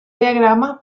diagrama